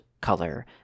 color